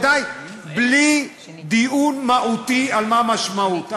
אחרון ודי, בלי דיון מהותי על המשמעות.